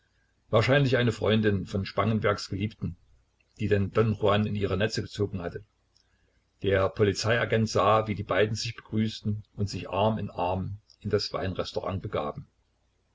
wahrscheinlich eine freundin von spangenbergs geliebten die den don juan in ihre netze gezogen hatte der polizeiagent sah wie die beiden sich begrüßten und sich arm in arm in das weinrestaurant begaben